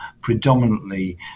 predominantly